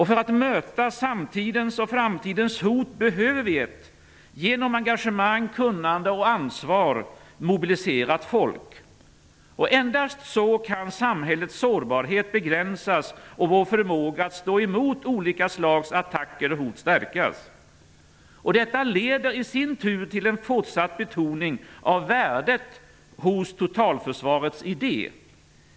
För att möta samtidens och framtidens hot behöver vi ett, genom engagemang, kunnande och ansvar mobiliserat folk. Endast så kan samhällets sårbarhet begränsas och vår förmåga att stå emot olika slags attacker och hot stärkas. Detta leder i sin tur till en fortsatt betoning av värdet hos totalförsvarets idé.